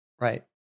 Right